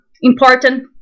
important